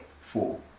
Four